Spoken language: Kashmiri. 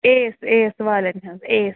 ایس ایس والیٚن ہنٛز ایس